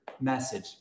message